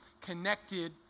connected